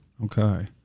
Okay